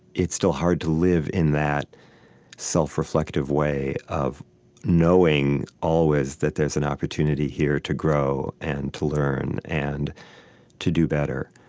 it's still hard to live in that self-reflective way of knowing always that there's an opportunity here to grow, and to learn, and to do better.